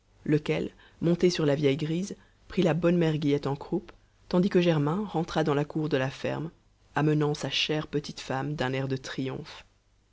lequel monté sur la vieille grise prit la bonne mère guillette en croupe tandis que germain rentra dans la cour de la ferme amenant sa chère petite femme d'un air de triomphe